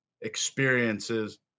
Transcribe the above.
experiences